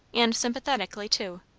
and sympathetically too,